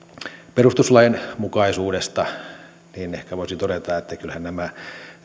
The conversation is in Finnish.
perustuslainmukaisuudesta tähän voisin todeta että kyllähän nämä